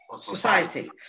society